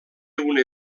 una